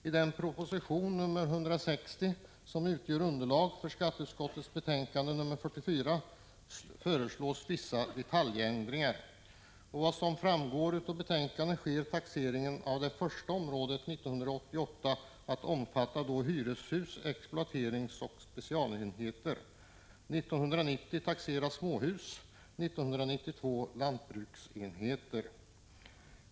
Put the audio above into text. I den proposition, nr 160, som utgör underlag för skatteutskottets betänkande nr 44 föreslås vissa detaljändringar. Som framgår av betänkandet sker taxeringen av det första området 1988 och omfattar då hyreshus-, exploateringsoch specialenheter. 1990 taxeras småhus och 1992 lantbruksenheter.